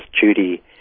Judy